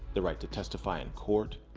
the right to testify in court,